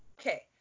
okay